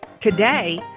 Today